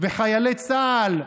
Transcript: וחיילי צה"ל,